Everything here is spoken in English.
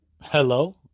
hello